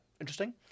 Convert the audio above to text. interesting